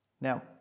Now